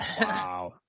wow